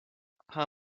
how